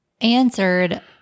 answered